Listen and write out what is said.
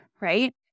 right